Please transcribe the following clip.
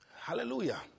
Hallelujah